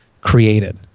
created